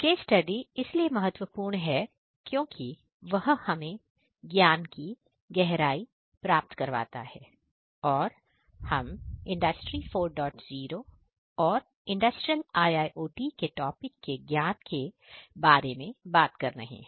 case study इसलिए महत्वपूर्ण है क्योंकि वह हमें ज्ञान की गहराई प्राप्त करवाता है और हम इंडस्ट्री 40 और इंडस्ट्रियल IIOT के टॉपिक के ज्ञान के बारे में बात कर रहे हैं